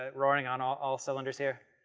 ah roaring on all all cylinders here